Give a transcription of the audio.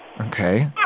Okay